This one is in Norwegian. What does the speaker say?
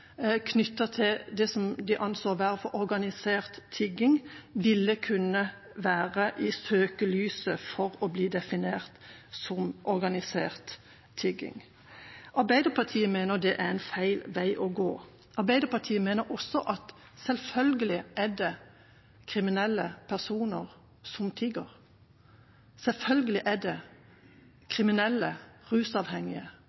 til det – som en anså å være organisert tigging – kunne være i søkelyset for å bli definert som organisert tigging. Arbeiderpartiet mener det er en feil vei å gå. Arbeiderpartiet mener også at selvfølgelig er det kriminelle personer som tigger. Selvfølgelig er det rusavhengige som tigger, som begår kriminelle